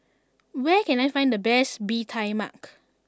where can I find the best Bee Tai Mak